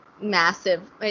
massive